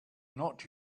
not